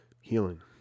Healing